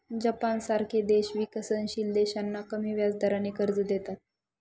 जपानसारखे देश विकसनशील देशांना कमी व्याजदराने कर्ज देतात